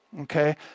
Okay